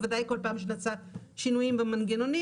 בוודאי כל פעם שנעשים שינויים במנגנונים,